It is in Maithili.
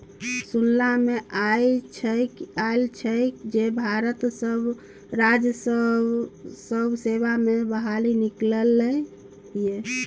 सुनला मे आयल छल जे भारतीय राजस्व सेवा मे बहाली निकललै ये